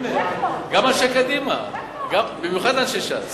גם אנשי קדימה, במיוחד אנשי ש"ס.